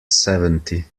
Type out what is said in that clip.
seventy